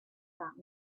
that